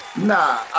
Nah